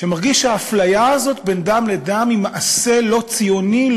שמרגיש שהאפליה הזאת בין דם לדם היא מעשה לא ציוני,